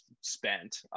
spent